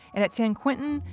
and at san quentin,